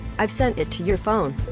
i've sent it to your phone.